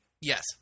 Yes